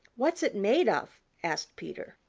what's it made of? asked peter.